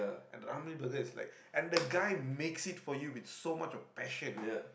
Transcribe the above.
and Ramly Burger is like and the guy makes it for you with so much of passion